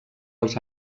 els